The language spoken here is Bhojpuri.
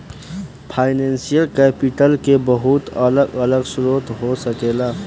फाइनेंशियल कैपिटल के बहुत अलग अलग स्रोत हो सकेला